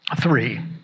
three